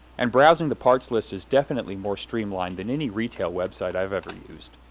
and browsing the parts list is definitely more streamlined than any retail website i've ever used.